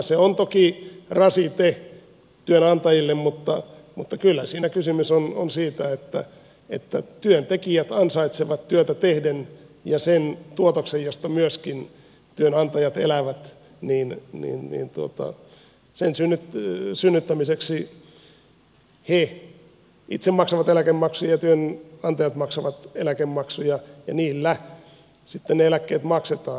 se on toki rasite työnantajille mutta kyllä siinä kysymys on siitä että työntekijät ansaitsevat työtä tehden ja sen tuotoksen josta myöskin työnantajat elävät synnyttämiseksi he itse maksavat eläkemaksuja työnantajat maksavat eläkemaksuja ja niillä sitten ne eläkkeet maksetaan